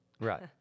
Right